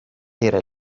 era